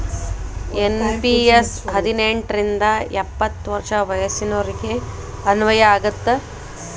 NPS ಹದಿನೆಂಟ್ ರಿಂದ ಎಪ್ಪತ್ ವರ್ಷ ವಯಸ್ಸಿನೋರಿಗೆ ಅನ್ವಯ ಆಗತ್ತ